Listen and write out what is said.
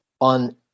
on